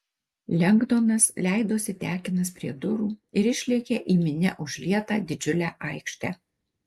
lengdonas leidosi tekinas prie durų ir išlėkė į minia užlietą didžiulę aikštę